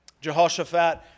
Jehoshaphat